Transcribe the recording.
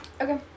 Okay